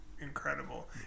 incredible